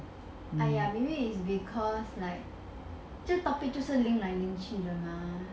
!aiya! maybe is because like 这个 topic 就是拎来拎去的 mah